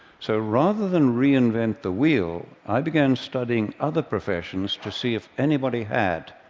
so rather than reinvent the wheel, i began studying other professions to see if anybody had.